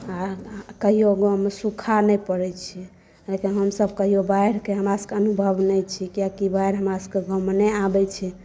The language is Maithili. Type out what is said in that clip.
आ कहियो गाँवमे सुखा नहि पड़ै छै लेकिन हमसब कहियो बाढ़िके हमरा सबकेँ अनुभव नहि छै कियाकि बाढ़ि हमरा सब के गाँवमे नहि आबै छै